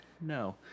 No